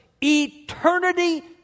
eternity